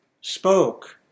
spoke